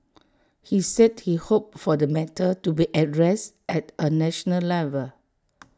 he said he hoped for the matter to be addressed at A national level